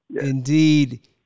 indeed